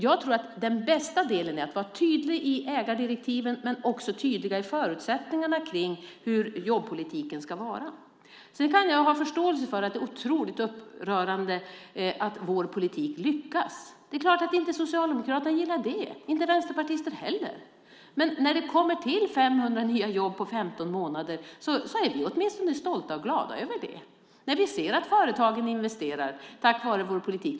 Jag tror att det bästa är att vara tydlig i ägardirektiven men också tydlig när det gäller förutsättningarna för hur jobbpolitiken ska vara. Sedan kan jag ha förståelse för att det är otroligt upprörande att vår politik lyckas. Det är klart att Socialdemokraterna inte gillar det, och inte vänsterpartister heller. Men när det kommer till 500 jobb på 15 månader är vi åtminstone stolta och glada över det. Vi är glada när vi ser att företagen investerar tack vare vår politik.